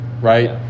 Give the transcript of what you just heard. right